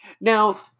Now